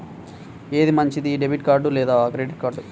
ఏది మంచిది, debit card లేదా క్రెడిట్ కార్డ్?